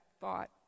thought